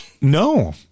No